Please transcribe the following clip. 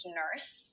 nurse